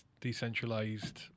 decentralized